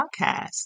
Podcast